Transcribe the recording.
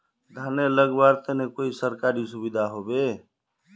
धानेर लगवार तने कोई सरकारी सुविधा होबे?